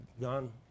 gone